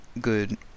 good